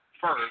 first